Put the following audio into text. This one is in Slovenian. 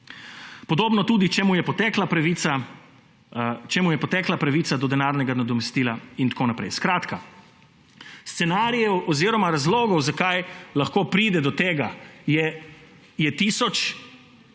Podobno je tudi, če mu je potekla pravica do denarnega nadomestila in tako naprej. Scenarijev oziroma razlogov, zakaj lahko pride do tega, je tisoč